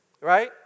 right